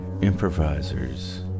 improviser's